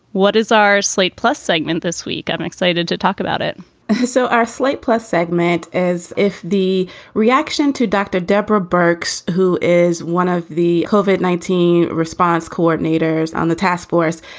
what is our slate plus segment this week? i'm excited to talk about it so our slate plus segment is if the reaction to dr. deborah birks, who is one of the hobbit nineteen response coordinator. on the task force,